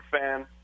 fan